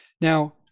Now